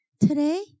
Today